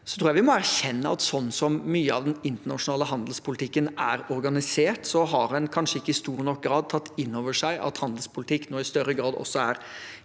Så tror jeg vi må erkjenne at sånn som mye av den internasjonale handelspolitikken er organisert, har en kanskje ikke i stor nok grad tatt inn over seg at handelspolitikk nå i større grad også er